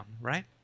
right